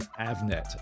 Avnet